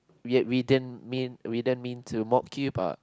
we didn't we didn't mean to mock you but